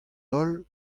holl